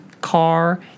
car